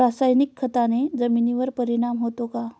रासायनिक खताने जमिनीवर परिणाम होतो का?